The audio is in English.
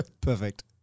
Perfect